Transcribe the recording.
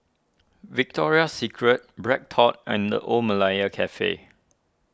Victoria Secret BreadTalk and the Old Malaya Cafe